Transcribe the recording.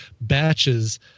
batches